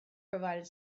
provided